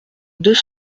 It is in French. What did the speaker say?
deux